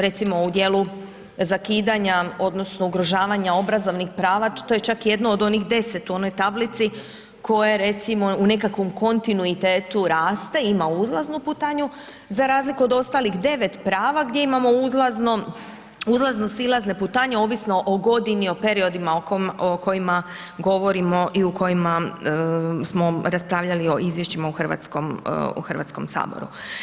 Recimo u dijelu zakidanja, odnosno, ugrožavanja obrazovnih prava, to je čak jedno od onih 10 u onoj tablici, koje recimo u nekom kontinuitetu rate, ima uzlaznu putanju, za razliku od ostalih 9 prava, gdje imamo ulazno silazne putanje, ovisno o godini, o periodima o kojima govorimo i u kojima smo raspravljali u izvješćima u Hrvatskom saboru.